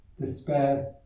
despair